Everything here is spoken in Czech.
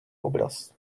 obraz